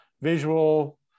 visual